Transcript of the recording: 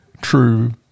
true